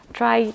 try